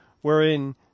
wherein